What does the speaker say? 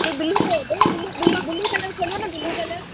हे बिलूं अथव भैया बिलूं बिलूं बिलूं कलर खोलियो न बिलूं कलर